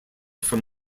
from